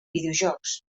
videojocs